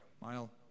Mile